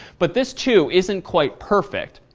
but this, too, isn't quite perfect.